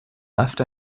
left